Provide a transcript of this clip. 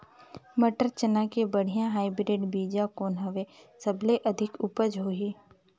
मटर, चना के बढ़िया हाईब्रिड बीजा कौन हवय? सबले अधिक उपज होही?